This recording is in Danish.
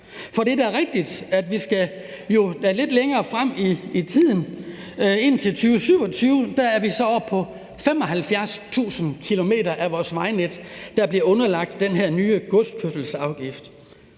Det er da rigtigt, at vi skal lidt længere frem i tiden, nemlig frem til 2027, før vi så er oppe på 75.000 km af vores vejnet, der bliver underlagt bestemmelsen om den her nye godskørselsafgift.